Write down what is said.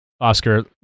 oscar